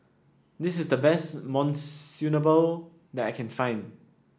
this is the best that I can find